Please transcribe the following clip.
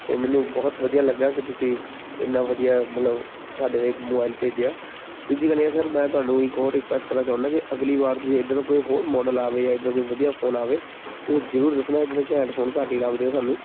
ਸੋ ਮੈਨੂੰ ਬਹੁਤ ਵਧੀਆ ਲੱਗਿਆ ਕਿ ਤੁਸੀਂ ਇੰਨਾ ਵਧੀਆ ਮਤਲਬ ਸਾਡੇ ਲਈ ਮੋਬਾਇਲ ਭੇਜਿਆ ਦੂਜੀ ਗੱਲ ਇਹ ਸਰ ਮੈਂ ਤੁਹਾਨੂੰ ਇੱਕ ਹੋਰ ਰਿਕੁਐਸਟ ਕਰਨਾ ਚਾਹੁੰਦਾ ਕਿ ਅਗਲੀ ਵਾਰ ਤੁਸੀਂ ਇੱਦਾਂ ਦਾ ਕੋਈ ਹੋਰ ਮਾਡਲ ਆਵੇ ਜਾਂ ਇੱਦਾਂ ਦਾ ਕੋਈ ਵਧੀਆ ਫੋਨ ਆਵੇ ਤੁਸੀਂ ਜ਼ਰੂਰ ਦੱਸਣਾ ਇੱਦਾਂ ਦੇ ਘੈਂਟ ਫੋਨ ਘੱਟ ਹੀ ਲੱਭਦੇ ਸਾਨੂੰ